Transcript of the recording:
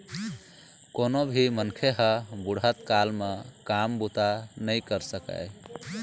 कोनो भी मनखे ह बुढ़त काल म काम बूता नइ कर सकय